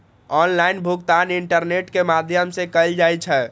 online भुगतान internet के माध्यम सं कैल जाइ छै